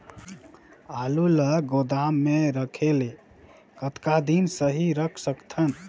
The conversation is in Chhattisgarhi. आलू ल गोदाम म रखे ले कतका दिन सही रख सकथन?